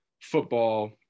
football